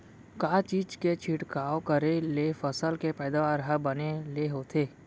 का चीज के छिड़काव करें ले फसल के पैदावार ह बने ले होथे?